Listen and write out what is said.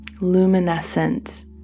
luminescent